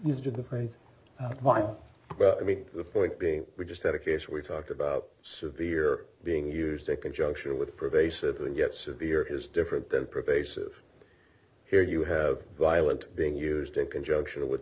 the phrase while i made the point being we just had a case we talked about severe being used to conjunction with pervasive and yet severe is different that pervasive here you have violent being used in conjunction with